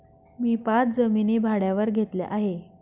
मी पाच जमिनी भाड्यावर घेतल्या आहे